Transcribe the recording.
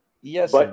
yes